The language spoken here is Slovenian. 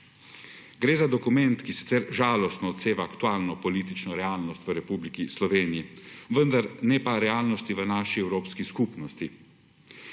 Gre za dokument, ki sicer žalostno odseva aktualno politično realnost v Republik Sloveniji, vendar pa ne realnosti v naši evropski skupnosti.